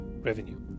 revenue